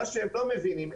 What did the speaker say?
מה שהם לא מבינים,